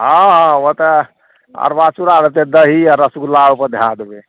हँ हँ ओतए अरबा चूड़ा रहतै दही आओर रसगुल्ला ओहिपर धै देबै